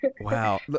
Wow